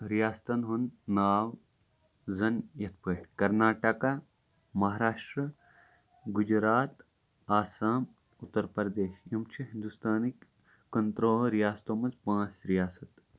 رِیاستن ہُند ناو زَن یِتھ پٲٹھۍ کرناٹکا مہاراشٹرا گُجرات آسام اُترپریدیش یِم چھِ ہِندوستانٕکۍ کنترٕٛہو رِیاستو منٛز پانٛژھ رِیاست